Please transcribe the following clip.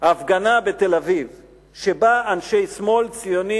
הפגנה בתל-אביב שבה אנשי שמאל ציוני,